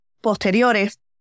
posteriores